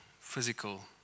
physical